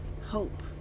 hope